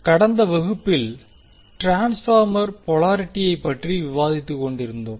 கடந்த வகுப்பில் ட்ரான்ஸ்பார்மர் போலாரிட்டியை பற்றி விவாதித்துக்கொண்டிருந்தோம்